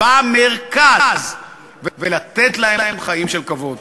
במרכז ולתת להם חיים של כבוד.